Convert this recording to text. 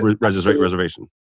reservation